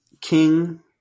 king